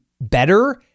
better